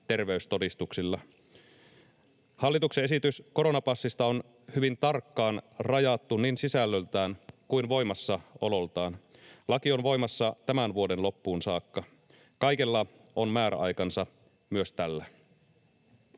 terveystodistuksilla. Hallituksen esitys koronapassista on hyvin tarkkaan rajattu niin sisällöltään kuin voimassaololtaankin. Laki on voimassa tämän vuoden loppuun saakka. Kaikella on määräaikansa, myös tällä.